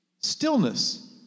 stillness